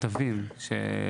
ישימו תמורתו כסף בנאמנות.